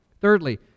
Thirdly